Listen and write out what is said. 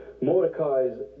Mordecai's